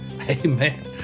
Amen